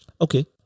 okay